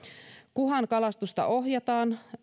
kuhan kalastusta ohjataan